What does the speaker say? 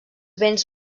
béns